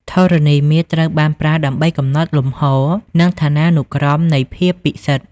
ធរណីមាត្រ ត្រូវបានប្រើដើម្បីកំណត់លំហ និងឋានានុក្រមនៃភាពពិសិដ្ឋ។